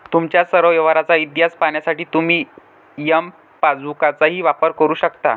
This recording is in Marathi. तुमच्या सर्व व्यवहारांचा इतिहास पाहण्यासाठी तुम्ही एम पासबुकचाही वापर करू शकता